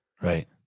Right